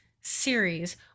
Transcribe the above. series